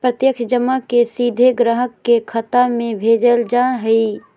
प्रत्यक्ष जमा के सीधे ग्राहक के खाता में भेजल जा हइ